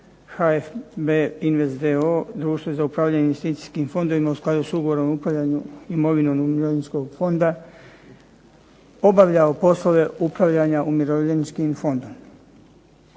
HPB invest d.o.o., društvo za upravljanje investicijskim fondovima u skladu s ugovorom o upravljanju imovinom umirovljeničkog fonda obavljao poslove upravljanja umirovljeničkim fondom.